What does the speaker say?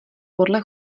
podle